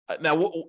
Now